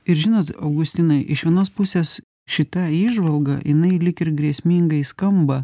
ir žinot augustinai iš vienos pusės šita įžvalga jinai lyg ir grėsmingai skamba